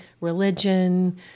religion